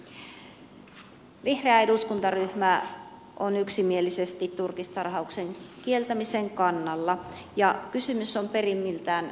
vihreä eduskuntaryhmä on yksimielisesti turkistarhauksen kieltämisen kannalla ja kysymys on perimmiltään eettinen